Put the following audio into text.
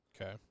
Okay